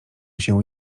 się